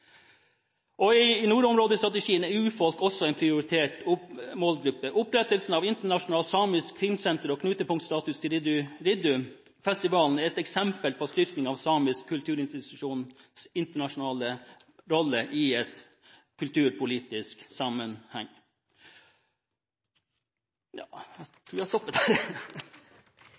I nordområdestrategien er urfolk også en prioritert målgruppe. Opprettelsen av Internasjonalt Samisk Filmsenter og knutepunktstatus til Riddu Riððu-festivalen er eksempler på styrking av samiske kulturinstitusjoners internasjonale rolle i en kulturpolitisk sammenheng.